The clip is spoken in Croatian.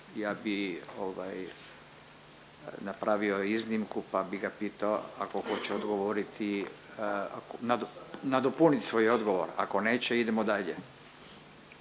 ovaj napravio iznimku, pa bi ga pitao ako hoće odgovoriti, nadopunit svoj odgovor, ako neće idemo dalje.